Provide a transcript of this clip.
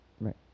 Right